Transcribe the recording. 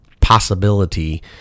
possibility